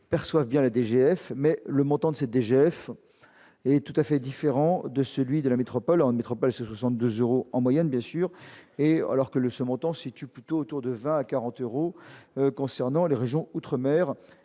perçoivent bien la DGF mais le montant de cette DGF et tout à fait différent de celui de la métropole, en métropole, 62 euros en moyenne bien sûr et alors que le ce montant situe plutôt autour de 20 à 40 euros concernant les régions outre-mer